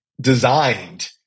designed